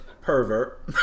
pervert